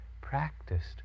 practiced